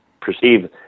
perceive